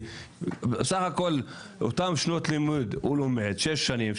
סך הכול הוא לומד אותן שנות לימוד, שש שנים.